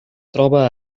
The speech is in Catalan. troba